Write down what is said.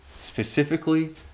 Specifically